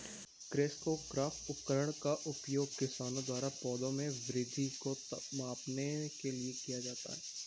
crescograph उपकरण का उपयोग किसानों द्वारा पौधों में वृद्धि को मापने के लिए किया जाता है